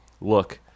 look